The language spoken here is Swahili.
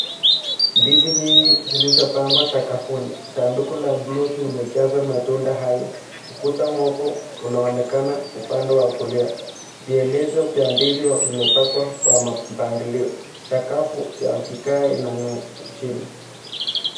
Ndizi nyingi zilizopangwa sakafuni. Sanduku la buluu limejazwa matunda hayo. Ukuta mweupe unaonekana upande wa kulia. Vielezo vya ndizi vimepangwa kwa mpangilio. Sakafu ya vigae inang'aa chini.